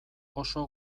oso